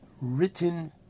written